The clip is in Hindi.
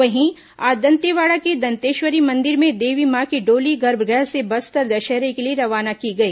वहीं आज दंतेवाड़ा के दंतेश्वरी मंदिर में देवी मां की डोली गर्भगृह से बस्तर दशहरे के लिए रवाना की गई